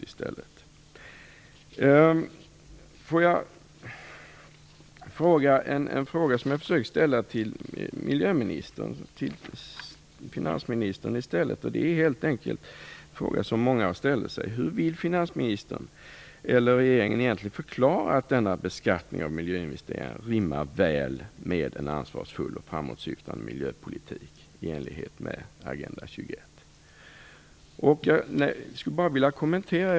Jag har en fråga som jag egentligen försökte ställa till miljöministern som jag får ställa till finansministern: Tycker finansministern eller regeringen att denna beskattning av miljöinvesteringar rimmar väl med en ansvarsfull och framåtsyftande miljöpolitik i enlighet med Agenda 21?